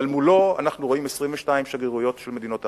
אבל מולו אנחנו רואים 22 שגרירויות של מדינות ערב,